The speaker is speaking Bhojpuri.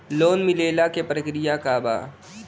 लोन मिलेला के प्रक्रिया का बा?